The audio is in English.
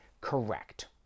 correct